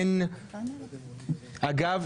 אין אגב,